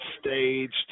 staged